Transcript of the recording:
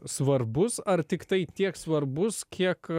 svarbus ar tiktai tiek svarbus kiek